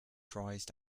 prized